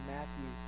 Matthew